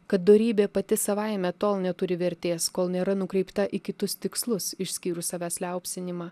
kad dorybė pati savaime tol neturi vertės kol nėra nukreipta į kitus tikslus išskyrus savęs liaupsinimą